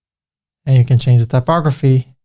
and you can change the typography